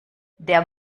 der